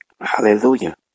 Hallelujah